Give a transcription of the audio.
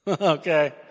Okay